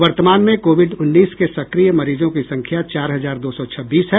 वर्तमान में कोविड उन्नीस के सक्रिय मरीजों की संख्या चार हजार दो सौ छब्बीस है